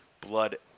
blood